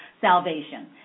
salvation